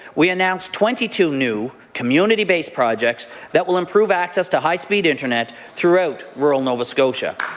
we announced twenty two new community-based projects that will improve access to high-speed internet throughout rural nova scotia.